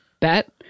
bet